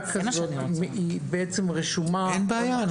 כזאת היא בעצם רשומה --- אין בעיה,